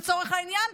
לצורך העניין,